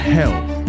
health